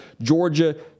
Georgia